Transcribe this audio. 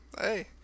Hey